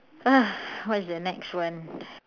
ugh what is the next one